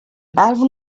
alvin